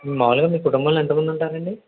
మామూలుగా మీ కుటుంబంలో ఎంతమందుంటారండీ